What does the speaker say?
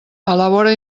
elabora